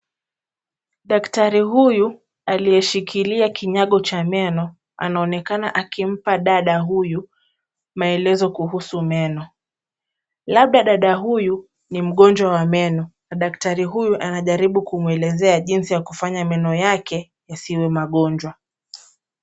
Daktari huyu aliyeshikilia kinyago cha meno, anaonekana akimpa dada huyu maelezo kuhusu meno. Labda dada huyu ni mgonjwa wa meno, na daktari huyu anajaribu kumuelezea jinsi ya kufanya meno yake yasiwe magonjwa.